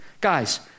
Guys